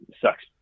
sucks